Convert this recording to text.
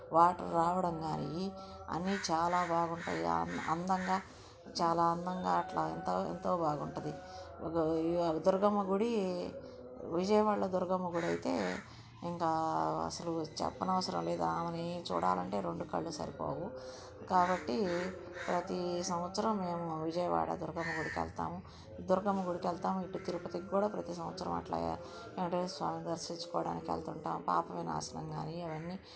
water రావడం కానీ అన్నీ చాలా బాగుంటాయి అందంగా చాలా అందంగా అలా ఎంతో ఎంతో బాగుంటుంది ఒక దుర్గమ్మ గుడి విజయవాడలో దుర్గమ్మ గుడి అయితే ఇంకా అసలు చెప్పనవసరం లేదు ఆమెని చూడాలంటే రెండు కళ్ళు సరిపోవు కాబట్టి ప్రతీ సంవత్సరము మేము విజయవాడ దుర్గమ్మ గుడికి వెళతాము దుర్గమ్మ గుడికి వెళతాము ఇలా తిరుపతికి కూడా ప్రతి సంవత్సరము అలాగే వెంకటేశ్వర స్వామి దర్శించుకోడానికి వెళుతుంటాము పాప వినాశనం కానీ అవన్నీ